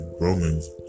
Romans